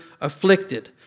afflicted